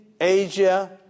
Asia